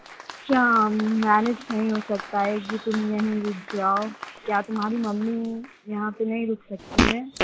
क्या मैनेज नहीं हो सकता है कि तुम यहीं रुक जाओ क्या तुम्हारी मम्मी यहाँ पे नहीं रुक सकती हैं